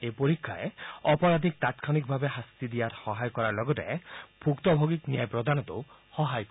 এই পৰীক্ষাই অপৰাধীক তাংক্ষণিকভাৱে শাস্তি দিয়াত সহায় কৰাৰ লগতে ভূক্তভোগীক ন্যায় প্ৰদানতো সহায় কৰিব